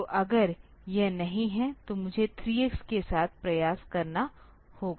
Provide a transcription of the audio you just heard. तो अगर यह नहीं है तो मुझे 3 x के साथ प्रयास करना होगा